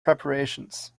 preparations